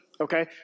okay